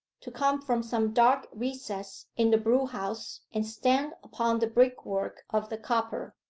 to come from some dark recess in the brewhouse and stand upon the brickwork of the copper.